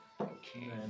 Okay